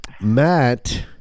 Matt